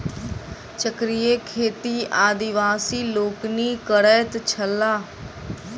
चक्रीय खेती आदिवासी लोकनि करैत छलाह